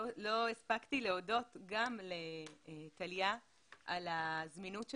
לא הספקתי להודות גם לטליה על הזמינות שלה,